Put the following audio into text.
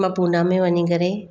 मां पुणा में वञी करे